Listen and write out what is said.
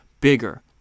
bigger